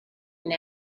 and